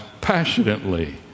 passionately